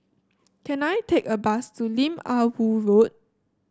can I take a bus to Lim Ah Woo Road